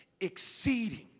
exceeding